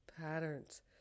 patterns